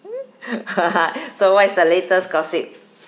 so what is the latest gossip